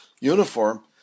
uniform